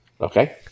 Okay